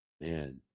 man